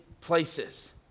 places